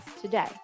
today